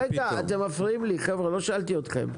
רגע, אתם מפריעים לי חבר'ה, לא שאלתי אתכם.